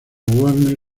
warner